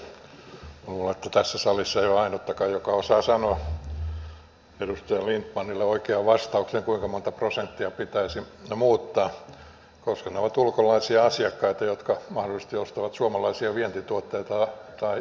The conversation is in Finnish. luulen että tässä salissa ei ole ainuttakaan joka osaa sanoa edustaja lindtmanille oikean vastauksen kuinka monta prosenttia pitäisi muuttaa koska ne ovat ulkomaisia asiakkaita jotka mahdollisesti ostavat suomalaisia vientituotteita tai jättävät ostamatta